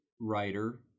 writer